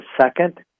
second